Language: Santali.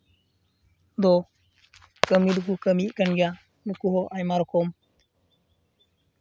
ᱫᱚ ᱠᱟᱹᱢᱤ ᱠᱚᱫᱩ ᱠᱟᱹᱢᱤᱭᱮᱫ ᱠᱟᱱ ᱜᱮᱭᱟ ᱱᱩᱠᱩ ᱫᱚ ᱟᱭᱢᱟ ᱨᱚᱠᱚᱢ